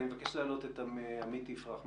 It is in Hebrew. אני מבקש להעלות את עמית יפרח,